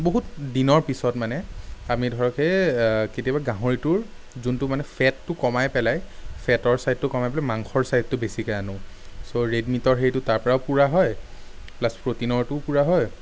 বহুত দিনৰ পিছত মানে আমি ধৰক সেই কেতিয়াবা গাহৰিটোৰ যোনটো মানে ফেটটো কমাই পেলাই ফেটৰ চাইডটো কমাই পেলাই মাংসৰ চাইডটো বেছিকে আনো চ' ৰেড মিটৰ হেৰিটো তাৰ পৰাও পূৰা হয় প্লাছ প্ৰ'টিনৰটো পূৰা হয়